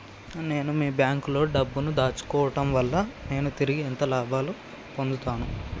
నేను మీ బ్యాంకులో డబ్బు ను దాచుకోవటం వల్ల నేను తిరిగి ఎంత లాభాలు పొందుతాను?